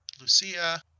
Lucia